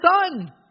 son